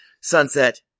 sunset